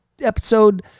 episode